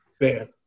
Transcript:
man